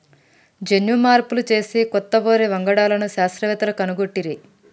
జన్యు మార్పులు చేసి కొత్త వరి వంగడాలను శాస్త్రవేత్తలు కనుగొట్టిరి